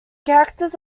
characters